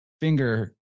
Finger